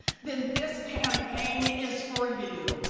then this campaign is for you.